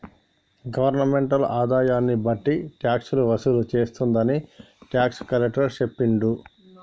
governmental ఆదాయన్ని బట్టి టాక్సులు వసూలు చేస్తుందని టాక్స్ కలెక్టర్ సెప్పిండు